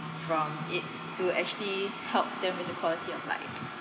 from it to actually help them in the quality of life